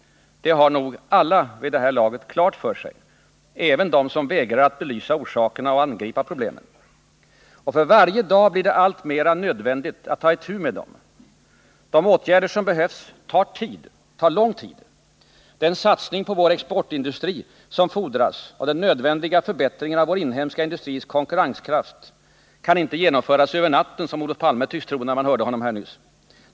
Det har nog alla vid det här laget klart för sig, även de som vägra att belysa orsakerna och angripa problemen. Och för varje dag blir det alltmer nödvändigt att ta itu med dem. De åtgärder som behövs tar lång tid. Den satsning på vår exportindustri som fordras och den nödvändiga förbättringen av vår inhemska industris konkurrenskraft kan inte genomföras över natten som Olof Palme tycks tro — det verkade så när man hörde honom här nyss.